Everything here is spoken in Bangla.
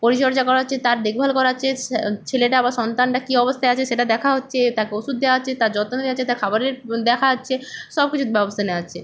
পরিচর্যা করা হচ্ছে তার দেখভাল করা হচ্ছে স ছেলেটা বা সন্তানটা কী অবস্থায় আছে সেটা দেখা হচ্ছে তাকে ওষুধ দেওয়া হচ্ছে তার যত্ন নেওয়া হচ্ছে তার খাবারের দেখা হচ্ছে সব কিছুর ব্যবস্থা নেওয়া হচ্ছে